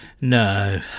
No